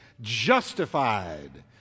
justified